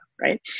right